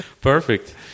perfect